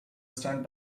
stunt